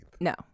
No